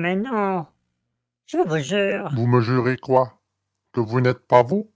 mais non je vous jure vous me jurez quoi que vous n'êtes pas vous